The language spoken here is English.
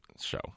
show